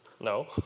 No